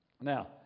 Now